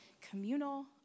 communal